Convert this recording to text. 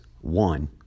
one